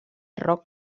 rock